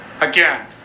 Again